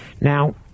Now